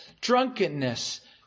drunkenness